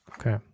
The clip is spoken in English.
Okay